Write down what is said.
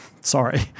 Sorry